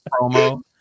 promo